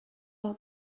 are